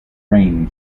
rain